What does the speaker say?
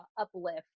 uplift